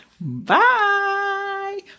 bye